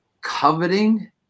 coveting